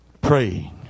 Praying